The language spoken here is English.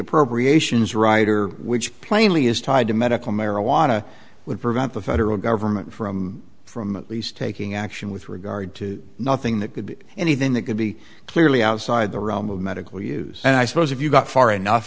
appropriations rider which plainly is tied to medical marijuana would prevent the federal government from from these taking action with regard to nothing that could be anything that could be clearly outside the realm of medical use and i suppose if you got far enough